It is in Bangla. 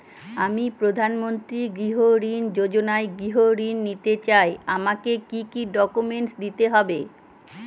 আমি প্রধানমন্ত্রী গৃহ ঋণ যোজনায় গৃহ ঋণ নিতে চাই আমাকে কি কি ডকুমেন্টস দিতে হবে?